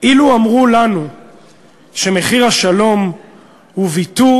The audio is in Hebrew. "אילו אמרו לנו שמחיר השלום הוא ויתור